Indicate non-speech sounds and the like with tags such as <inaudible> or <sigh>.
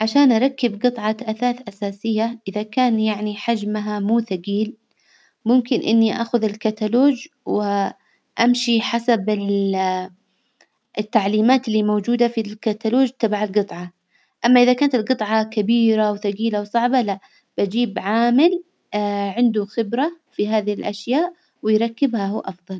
عشان أركب جطعة أثاث أساسية إذا كان يعني حجمها مو ثجيل ممكن إني أخذ الكتالوج وأمشي حسب ال- التعليمات اللي موجودة في الكتالوج تبع الجطعة، أما إذا كانت الجطعة كبيرة وثجيلة وصعبة لا بجيب عامل <hesitation> عنده خبرة في هذه الأشياء ويركبها هو أفضل.